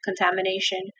contamination